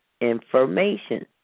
information